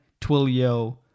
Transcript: Twilio